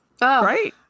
right